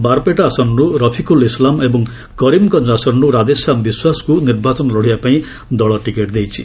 ବାରପେଟା ଆସନରୁ ରଫିକୁଲ୍ ଇସ୍ଲାମ୍ ଏବଂ କରିମ୍ଗଞ୍ଜ ଆସନରୁ ରାଧେଶ୍ୟାମ୍ ବିଶ୍ୱାସଙ୍କୁ ନିର୍ବାଚନ ଲଢ଼ିବାପାଇଁ ଦଳ ଟିକେଟ୍ ଦେଇଛି